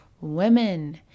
women